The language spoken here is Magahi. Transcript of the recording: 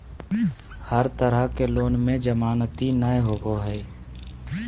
हर तरह के लोन में जमानती नय होबो हइ